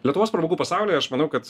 lietuvos pramogų pasaulyje aš manau kad